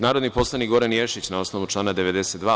Narodni poslanik Goran Ješić, na osnovu člana 92.